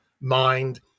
mind